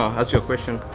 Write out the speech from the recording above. ah ask you a question.